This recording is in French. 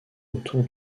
autour